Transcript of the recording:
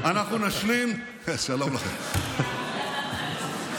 שלום לכם.